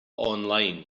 online